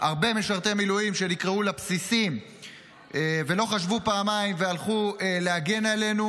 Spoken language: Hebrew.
הרבה משרתי מילואים שנקראו לבסיסים ולא חשבו פעמיים והלכו להגן עלינו,